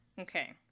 Okay